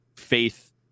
faith